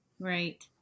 Right